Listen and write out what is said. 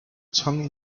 tongue